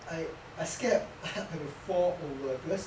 I I scared I fall over because